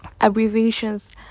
abbreviations